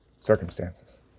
circumstances